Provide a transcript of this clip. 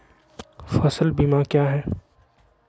फ़सल बीमा क्या है?